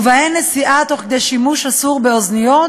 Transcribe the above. ובהן נסיעה תוך שימוש אסור באוזניות